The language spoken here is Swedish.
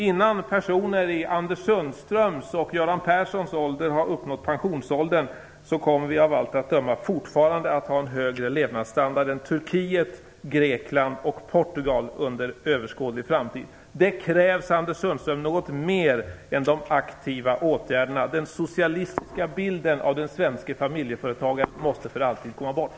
Innan personer i Anders Sundströms och Göran Perssons ålder har nått pensionsåldern kommer vi av allt att döma fortfarande att ha en högre levnadsstandard än Turkiet, Grekland och Portugal. Det krävs, Anders Sundström, något mer än de aktiva åtgärderna. Den socialistiska bilden av den svenske familjeföretagaren måste för alltid försvinna.